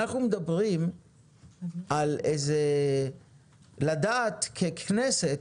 אבל אנחנו מדברים על לדעת ככנסת